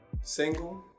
Single